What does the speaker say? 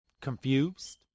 confused